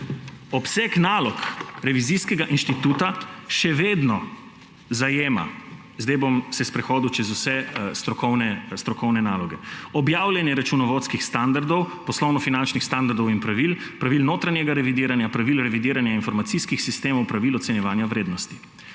obseg nalog revizijskega inštituta še vedno zajema, zdaj bom se sprehodil čez vse strokovne naloge: objavljanje računovodskih standardov, poslovno-finančnih standardov in pravil, pravil notranjega revidiranja, pravil revidiranja informacijskih sistemov, pravil ocenjevanja vrednosti;